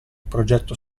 progetto